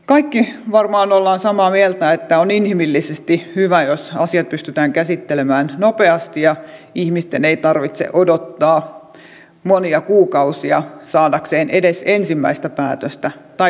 kaikki varmaan olemme samaa mieltä että on inhimillisesti hyvä jos asiat pystytään käsittelemään nopeasti ja ihmisten ei tarvitse odottaa monia kuukausia saadakseen edes ensimmäistä päätöstä tai toista päätöstä